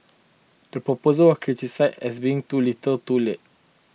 the proposal was criticised as being too little too late